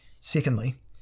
Secondly